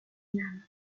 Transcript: nam